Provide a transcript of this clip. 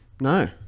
no